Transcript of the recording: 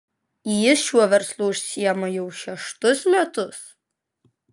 jis šiuo verslu užsiima jau šeštus metus